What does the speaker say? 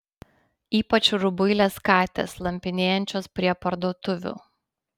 ypač rubuilės katės slampinėjančios prie parduotuvių